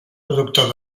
productor